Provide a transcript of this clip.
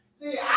See